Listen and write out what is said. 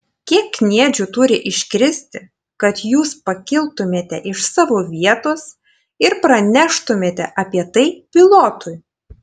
kiek kniedžių turi iškristi kad jūs pakiltumėte iš savo vietos ir praneštumėte apie tai pilotui